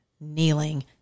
kneeling